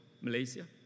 Malaysia